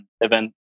event